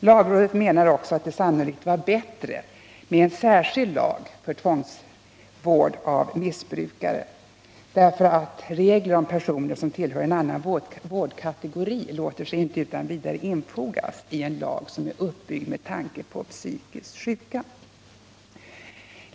Lagrådet menar också att det sannolikt vore bättre med en särskild lag för tvångsvård av missbrukare, därför att regler om personer som tillhör en annan vårdkategori låter sig inte utan vidare infogas i en lag som är uppbyggd med tanke på psykiskt sjuka.